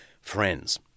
Friends